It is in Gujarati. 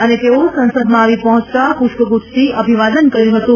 અને તેઓ સંસદમાં આવી પહોંચતાં પૃષ્પગુચ્છથી અભિવાદન કર્યું હતું